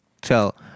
tell